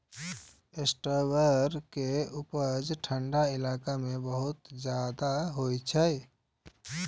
strawberry के उपज ठंढा इलाका मे बहुत ज्यादा होइ छै